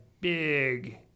big